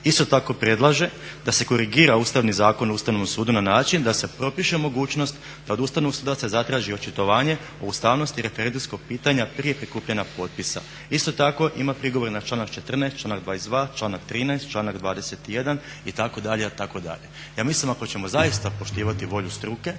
isto tako predlaže da se korigira Ustavni zakon o Ustavnom sudu na način da se propiše mogućnost da se od ustavnih sudaca zatraži očitovanje o ustavnosti referendumskog pitanja prije prikupljanja potpisa. Isto tako ima prigovor i na članak 14., članak 22., članak 13., članak 21. itd., itd. Ja mislim ako ćemo zaista poštivati volju struke